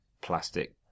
plastic